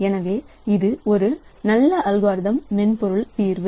எனவே இது ஒரு நல்ல அல்காரிதம் மென்பொருள் தீர்வு